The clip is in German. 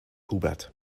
hubert